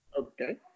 Okay